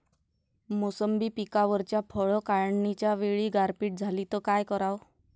मोसंबी पिकावरच्या फळं काढनीच्या वेळी गारपीट झाली त काय कराव?